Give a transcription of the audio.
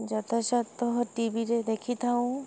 ଯଥା ସତ୍ତଃ ଟିଭିରେ ଦେଖିଥାଉ